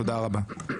תודה רבה.